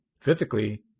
physically